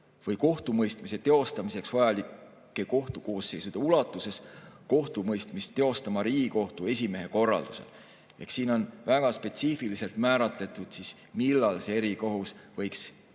või kohtumõistmise teostamiseks vajalike kohtukoosseisude ulatuses kohtumõistmist teostama Riigikohtu esimehe korraldusel. Siin on väga spetsiifiliselt määratletud, millal see erikohus võiks tegutseda.